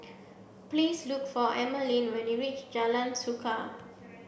please look for Emeline when you reach Jalan Suka